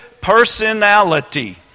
personality